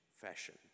fashion